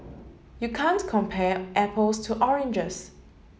you can't compare apples to oranges